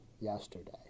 yesterday